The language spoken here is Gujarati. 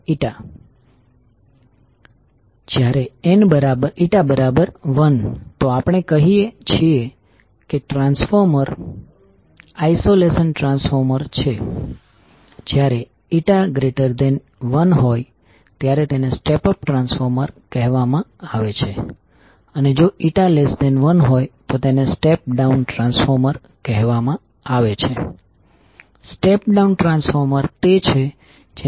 તેનો અર્થ એ થાય કે LL1L22M⇒Series aidingconnection એ જ રીતે બીજા કિસ્સામાં જ્યાં કરંટ i છે જે ડોટ માં દાખલ થઈ રહ્યો છે અને અહીં કરંટ i છે જે ફરીથી ડોટ છોડી રહ્યો છે એનો અર્થ એ કે મ્યુચ્યુઅલ ઇન્ડક્ટન્સ વિરુદ્ધ દિશામાં હશે અને તમને ટોટલ ઇન્ડકટન્સ LL1L2 2M મળશે